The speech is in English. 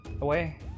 away